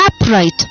upright